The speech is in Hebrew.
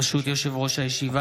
ברשות יושב-ראש הישיבה,